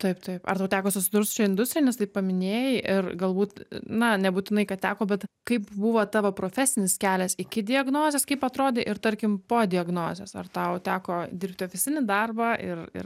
taip taip ar tau teko susidurt su šia industrija nes tai paminėjai ir galbūt na nebūtinai kad teko bet kaip buvo tavo profesinis kelias iki diagnozės kaip atrodė ir tarkim po diagnozės ar tau teko dirbti ofisinį darbą ir ir